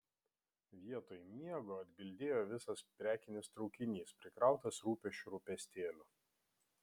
vietoj miego atbildėjo visas prekinis traukinys prikrautas rūpesčių rūpestėlių